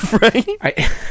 right